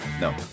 no